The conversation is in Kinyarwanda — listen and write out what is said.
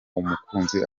umukunzi